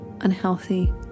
unhealthy